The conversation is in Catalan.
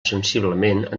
sensiblement